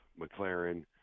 McLaren